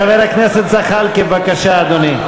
חבר הכנסת זחאלקה, בבקשה, אדוני.